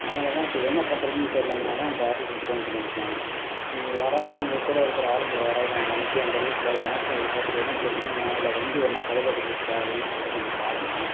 அதனால் தான் இப்போ என்ன பண்ணுறதுன்னு தெரியல அதனால் தான் உங்கள் ஆஃபீஸுக்கு ஃபோன் பண்ணியிருக்கேன் நீங்கள் யாராவது உங்கக்கூட இருக்கிற ஆளுங்களை யாராவது அங்கே அனுப்பி அந்த ரூட்டில் எதனாச்சும் அவருக்கு எதனா பிரச்சினையா இல்லை வண்டி எதனா பழுதடைஞ்சிடுச்சா என்னங்கிறத கொஞ்சம் பாருங்க